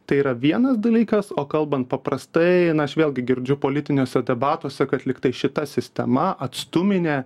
tai yra vienas dalykas o kalbant paprastai aš vėlgi girdžiu politiniuose debatuose kad lygtai šita sistema atstuminė